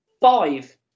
five